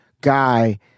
guy